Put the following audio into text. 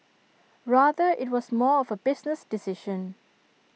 rather IT was more of A business decision